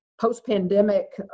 post-pandemic